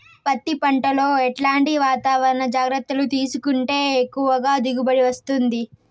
పత్తి పంట లో ఎట్లాంటి వాతావరణ జాగ్రత్తలు తీసుకుంటే ఎక్కువగా దిగుబడి వస్తుంది?